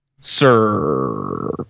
Sir